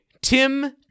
Tim